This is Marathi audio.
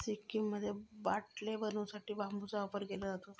सिक्कीममध्ये बाटले बनवू साठी बांबूचा वापर केलो जाता